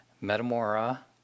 Metamora